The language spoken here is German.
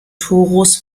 torus